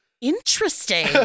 interesting